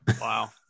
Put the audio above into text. Wow